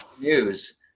news